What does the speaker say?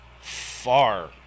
far